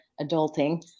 adulting